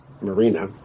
Marina